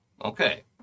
Okay